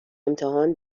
امتحان